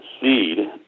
seed